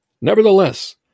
Nevertheless